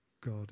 God